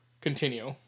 continue